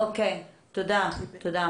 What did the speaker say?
תודה.